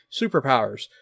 superpowers